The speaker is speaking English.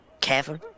Careful